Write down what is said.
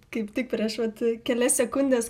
kaip tik prieš vat kelias sekundes